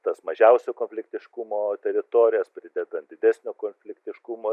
tas mažiausio konfliktiškumo teritorijas pridedant didesnio konfliktiškumo